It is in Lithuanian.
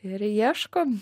ir ieškom